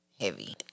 heavy